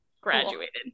graduated